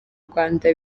rwanda